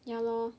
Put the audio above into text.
ya lor